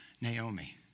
Naomi